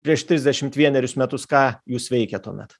prieš trisdešimt vienerius metus ką jūs veikėt tuomet